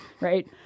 right